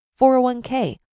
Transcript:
401k